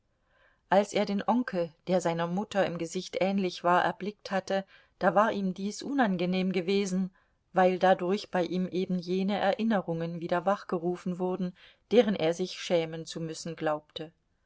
als er den onkel der seiner mutter im gesicht ähnlich war erblickt hatte da war ihm dies unangenehm gewesen weil dadurch bei ihm eben jene erinnerungen wieder wachgerufen wurden deren er sich schämen zu müssen glaubte